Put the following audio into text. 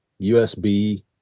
USB